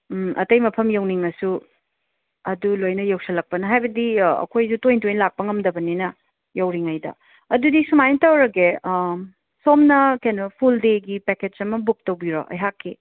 ꯑꯇꯩ ꯃꯐꯝ ꯌꯧꯅꯤꯡꯉꯁꯨ ꯑꯗꯨ ꯂꯣꯏꯅ ꯌꯧꯁꯤꯜꯂꯛꯄꯅ ꯍꯥꯏꯕꯗꯤ ꯑꯈꯣꯏꯁꯨ ꯇꯣꯏ ꯇꯣꯏꯅ ꯂꯥꯛꯄ ꯉꯝꯗꯕꯅꯤꯅ ꯌꯧꯔꯤꯉꯩꯗ ꯑꯗꯨꯗꯤ ꯁꯨꯃꯥꯏ ꯇꯧꯔꯒꯦ ꯁꯣꯝꯅ ꯀꯩꯅꯣ ꯐꯨꯜ ꯗꯦ ꯄꯦꯛꯀꯦꯖ ꯑꯃ ꯕꯨꯛ ꯇꯧꯕꯤꯔꯣ ꯑꯩꯍꯥꯛꯀꯤ